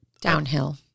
downhill